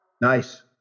Nice